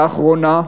לאחרונה,